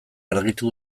argitu